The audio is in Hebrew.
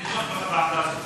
אני תומך בך בעמדה הזאת.